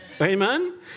Amen